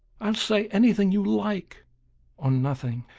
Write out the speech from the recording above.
i'll say anything you like or nothing.